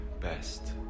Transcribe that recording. best